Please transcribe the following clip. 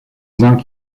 zinc